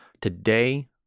Today